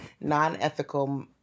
non-ethical